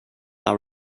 are